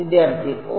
വിദ്യാർത്ഥി ഓ